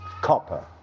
copper